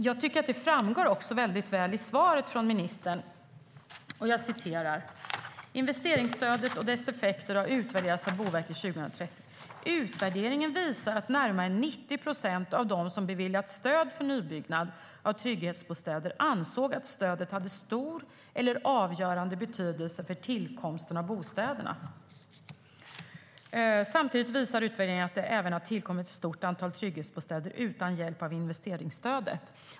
Jag tycker att detta också framgår väldigt väl i svaret från ministern: "Investeringsstödet och dess effekter har utvärderats av Boverket 2013. Utvärderingen visar att närmare 90 procent av dem som beviljats stöd för nybyggnad av trygghetsbostäder ansåg att stödet hade stor eller avgörande betydelse för tillkomsten av bostäderna. Samtidigt visar utvärderingen att det även har tillkommit ett stort antal trygghetsbostäder utan hjälp av investeringsstödet."